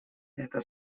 это